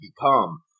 become